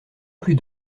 plus